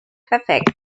perfekt